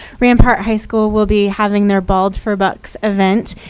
rampart high school will be having their bald for bucks event.